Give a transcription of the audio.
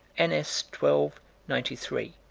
n s, twelve ninety three,